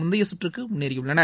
முந்தைய சுற்றுக்கு முன்னேறியுள்னர்